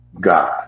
God